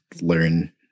learn